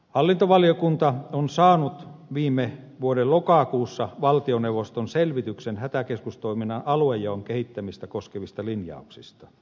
hallintovaliokunta on saanut viime vuoden lokakuussa valtioneuvoston selvityksen hätäkeskustoiminnan aluejaon kehittämistä koskevista linjauksista